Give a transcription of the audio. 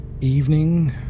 Evening